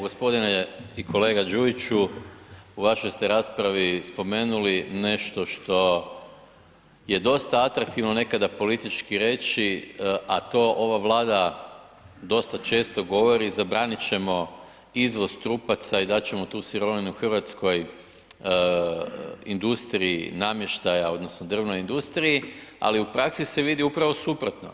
Gospodine i kolega Đujiću u vašoj ste raspravi spomenuli nešto što je dosta atraktivno nekada politički reći, a to ova Vlada dosta često govori, zabranit ćemo izvoz trupaca i dat ćemo tu sirovinu hrvatskoj industriji namještaja odnosno drvnoj industriji, ali u praksi se vidi upravo suprotno.